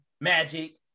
Magic